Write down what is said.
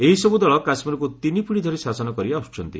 ଏହିସବୁ ଦଳ କାଶ୍ମୀରକୁ ତିନିପିଢ଼ୀ ଧରି ଶାସନ କରିଆସୁଛନ୍ତି